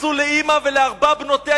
עשו לאמא ולארבע בנותיה,